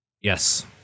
Yes